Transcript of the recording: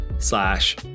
slash